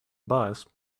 bus